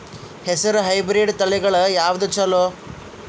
ಹೆಸರ ಹೈಬ್ರಿಡ್ ತಳಿಗಳ ಯಾವದು ಚಲೋ?